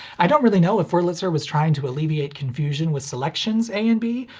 i don't really know if wurlitzer was trying to alleviate confusion with selections a and b,